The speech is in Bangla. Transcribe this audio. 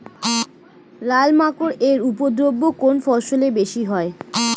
লাল মাকড় এর উপদ্রব কোন ফসলে বেশি হয়?